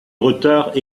retard